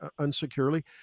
Unsecurely